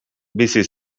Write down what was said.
bizi